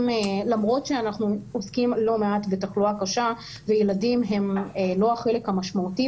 למרות שאנחנו עוסקים לא מעט בתחלואה קשה וילדים הם לא החלק המשמעותי